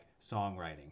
songwriting